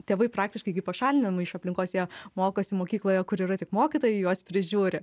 tėvai praktiškai gi pašalinami iš aplinkos jie mokosi mokykloje kur yra tik mokytojai juos prižiūri